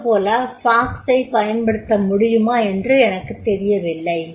அது போல ஃபாக்ஸ் -ஐ பயன்படுத்த முடியுமா என்று எனக்குத் தெரியவில்லை